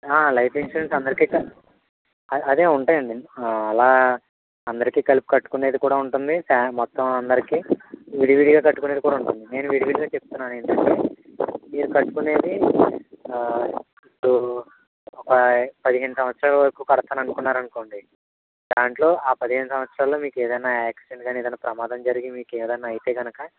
life insurance అందరికీ క అదే ఉంటాయండి అలా అందరికీ కలిపి కట్టుకునేది కూడా ఉంటుంది ఫా మొత్తం అందరికీ విడివిడిగా కట్టుకునేది కూడా ఉంటుంది నేను విడివిడిగా చెప్తున్నాను ఏంటంటే మీరు కట్టుకునేది ఇప్పుడు ఒక పదిహేను సంవత్సరాలు వరకు కడతాను అని అనుకున్నారనుకోండి దాంట్లో ఆ పదిహేను సంవత్సరాల్లో మీకు ఏదైనా యాక్సిడెంట్ కానీ ఏదైనా ప్రమాదం జరిగి మీకు ఏదైనా అయితే కనుక